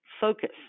focus